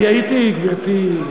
אני הייתי, גברתי.